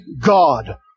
God